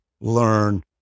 learn